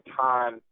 time